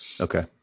Okay